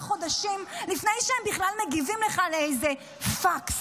חודשים לפני שהם בכלל מגיבים לך על איזה פקס.